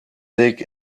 dick